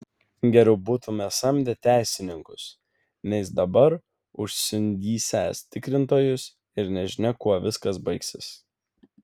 geriau būtume samdę teisininkus nes dabar užsiundysiąs tikrintojus ir nežinia kuo viskas baigsis